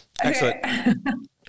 excellent